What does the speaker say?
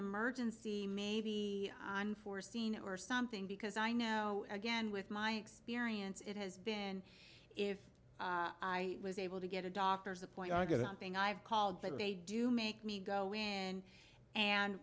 emergency maybe on foreseen or something because i know again with my experience it has been if i was able to get a doctor's appointment get that thing i've called that they do make me go in and